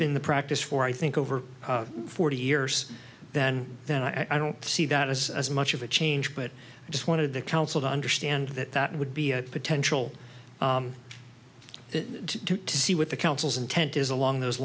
been the practice for i think over forty years than that i don't see that as as much of a change but i just wanted the council to understand that that would be a potential do to see what the council's intent is along those